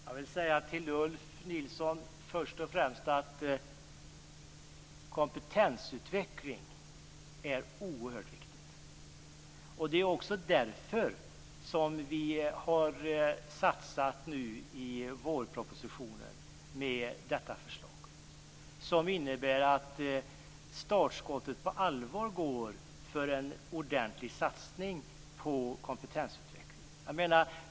Fru talman! Jag vill först och främst säga till Ulf Nilsson att kompetensutveckling är oerhört viktigt. Det är också därför som vi i vårpropositionen har satsat på detta förslag, som innebär att startskottet går på allvar för en ordentlig satsning på kompetensutveckling.